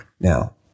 Now